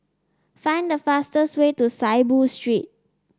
find the fastest way to Saiboo Street